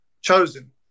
chosen